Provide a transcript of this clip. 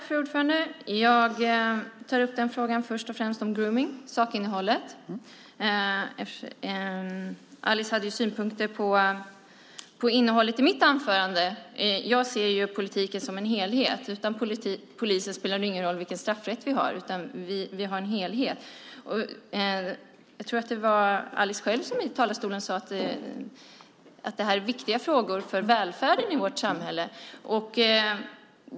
Fru talman! Jag tar först och främst upp sakinnehållet i frågan om grooming . Alice hade synpunkter på innehållet i mitt anförande. Jag ser politiken som en helhet. Utan polisen spelar det ingen roll vilken straffrätt vi har. Vi måste ha en helhet. Jag tror att det var Alice själv som i talarstolen sade att det här är viktiga frågor för välfärden i vårt samhälle.